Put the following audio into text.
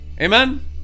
Amen